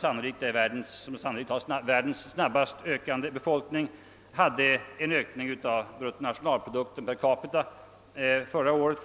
Costa Rica, som sannolikt har världens snabbaste befolkningsökning, hade en ökning av bruttonationalprodukten per capita förra året